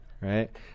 Right